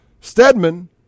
Stedman